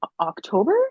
October